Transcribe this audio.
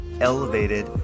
elevated